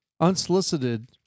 unsolicited